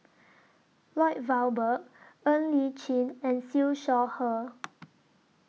Lloyd Valberg Ng Li Chin and Siew Shaw Her